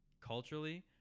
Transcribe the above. culturally